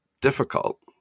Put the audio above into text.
difficult